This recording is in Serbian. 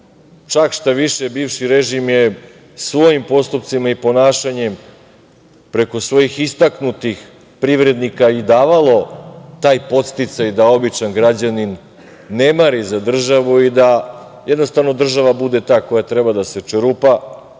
Čak šta više, bivši režim je svojim postupcima i ponašanjem preko svojih istaknutih privrednika i davao taj podsticaj da običan građanin ne mari za državu i da jednostavno država bude ta koja treba da se čerupa,